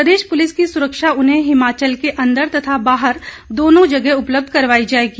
प्रदेश police की सुरक्षा उन्हें हिमाचल के अंदर तथा बाहर दोनों जगह उपलब्ध करवाई जाएगी